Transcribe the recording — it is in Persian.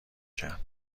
کرد